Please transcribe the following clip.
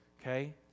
okay